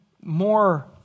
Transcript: more